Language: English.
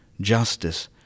justice